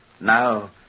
Now